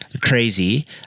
crazy